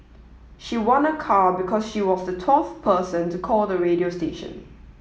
she won a car because she was the twelfth person to call the radio station